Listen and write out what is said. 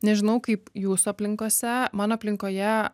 nežinau kaip jūsų aplinkose mano aplinkoje